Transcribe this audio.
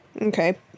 Okay